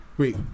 Wait